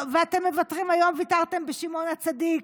ואתם מוותרים היום ויתרתם בשמעון הצדיק,